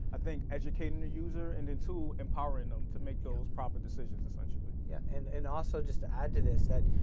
i think educating the user, and then and two, empowering them to make those proper decisions essentially. yeah, and and also just to add to this that,